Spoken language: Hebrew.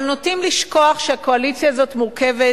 אבל נוטים לשכוח שהקואליציה הזאת מורכבת